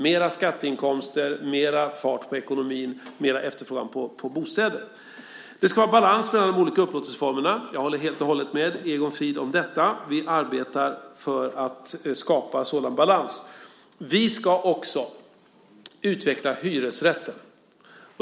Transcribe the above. Mera skatteinkomster, mera fart på ekonomin - mera efterfrågan på bostäder. Det ska vara balans mellan de olika upplåtelseformerna. Jag håller helt och hållet med Egon Frid om detta. Vi arbetar för att skapa sådan balans. Vi ska också utveckla hyresrätten.